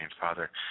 Father